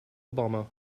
obama